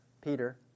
Peter